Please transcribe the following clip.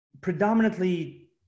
predominantly